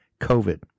COVID